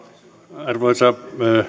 arvoisa